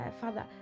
Father